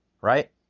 right